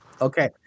okay